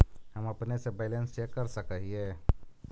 हम अपने से बैलेंस चेक कर सक हिए?